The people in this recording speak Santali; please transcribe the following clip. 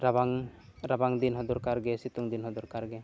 ᱨᱟᱵᱟᱝ ᱨᱟᱵᱟᱝ ᱫᱤᱱ ᱦᱚᱸ ᱫᱚᱨᱠᱟᱨ ᱜᱮᱭᱟ ᱥᱤᱛᱩᱝ ᱫᱤᱱ ᱦᱚᱸ ᱫᱚᱨᱠᱟᱨ ᱜᱮᱭᱟ